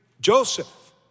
Joseph